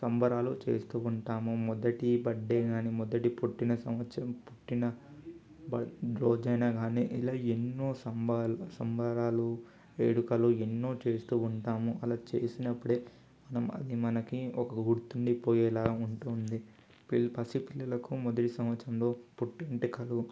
సంబరాలు చేస్తు ఉంటాము మొదటి బర్త్డే కానీ మొదటి పుట్టిన సంవత్సరం పుట్టిన బ రోజు అయినా కానీ ఇలా ఎన్నో సంబలు సంబరాలు వేడుకలు ఎన్నో చేస్తు ఉంటాము అలా చేసినప్పుడే మనం అది మనకి ఒక గుర్తుండిపోయేలా ఉంటుంది వీళ్ పసిపిల్లలకు మొదటి సంవత్సరంలో పుట్టెంటుకలు